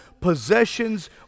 possessions